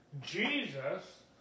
Jesus